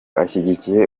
ashyigikiye